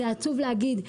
זה עצוב להגיד,